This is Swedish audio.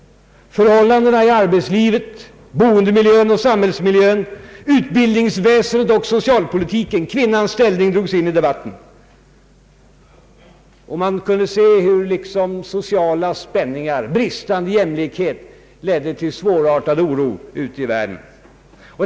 Förhållandena i arbetslivet, boendemiljön och samhällsmiljön, <utbildningsväsendet, socialpolitiken och kvinnans ställning drogs in i debatten. Samtidigt kunde man se hur sociala spänningar och bristande jämlikhet ledde till svårartad oro ute i världen.